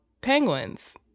penguins